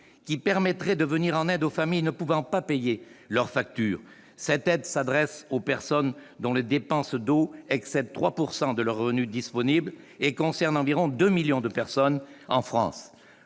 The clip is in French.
qui permettrait de venir en aide aux familles ne pouvant pas payer leurs factures. Cette aide s'adresserait aux personnes dont les dépenses d'eau excèdent 3 % de leurs revenus disponibles et concernerait environ 2 millions de personnes en France.